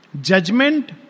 judgment